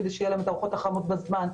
כדי שיהיה להם את הארוחות החמות בזמן.